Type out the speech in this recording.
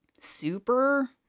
super